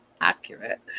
accurate